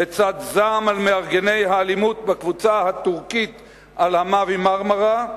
לצד זעם על מארגני האלימות בקבוצה הטורקית על ה"מאווי מרמרה",